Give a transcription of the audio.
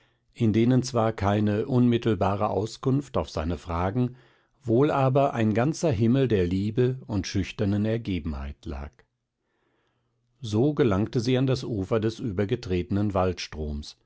in denen zwar keine unmittelbare auskunft auf seine fragen wohl aber ein ganzer himmel der liebe und schüchternen ergebenheit lag so gelangte sie an das ufer des übergetretnen waldstroms